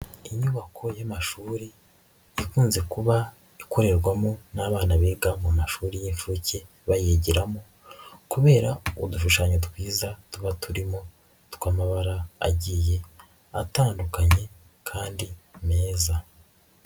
Inyubako y'amashuri ikunze kuba ikorerwamo n'abana biga mu mashuri y'inshuke bayigiramo, kubera udushushanyo twiza tuba turimo tw'amabara agiye atandukanye kandi meza.